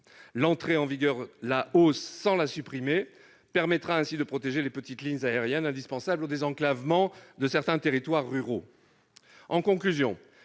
l'entrée en vigueur de cette hausse sans la supprimer, permettra ainsi de protéger les petites lignes aériennes, indispensables au désenclavement de divers territoires ruraux.